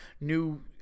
new